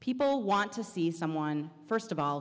people want to see someone first of all